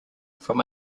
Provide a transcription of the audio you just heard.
from